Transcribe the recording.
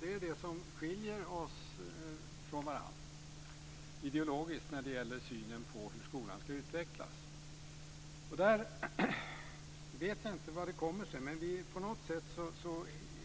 Den gäller det som skiljer oss från varandra ideologiskt när det gäller synen på hur skolan ska utvecklas. Jag vet inte varför, men på något sätt